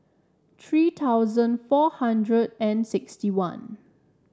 three thousand four hundred and sixty one